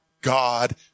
God